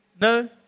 No